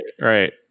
right